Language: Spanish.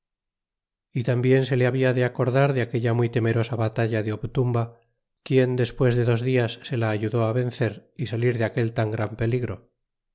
y tambien se le habia de acordar de aquella muy temerosa batalla de obtumba quien despues de dos dias se la ayudó vencer y salir de aquel tan gran peligro